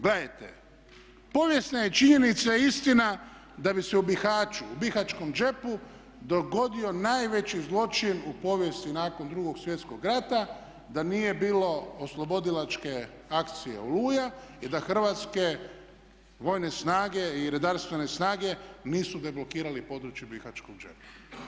Gledajte, povijesna je činjenica i istina da bi se u Bihaću u Bihaćkom džepu dogodio najveći zločin u povijesti nakon 2. svjetskog rata da nije bilo oslobodilačke akcije Oluja i da Hrvatske vojne snage i redarstvene snage nisu deblokirali područje Bihaćkog džepa.